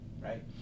right